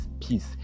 peace